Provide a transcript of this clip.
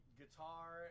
guitar